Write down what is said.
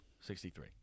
sixty-three